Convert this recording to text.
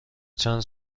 چند